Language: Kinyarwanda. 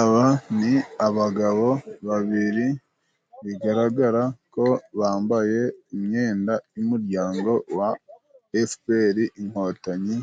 Aba ni abagabo babiri bigaragara ko bambaye imyenda y'umuryango wa Efuperi Inkotanyi.